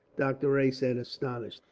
doctor rae said, astonished.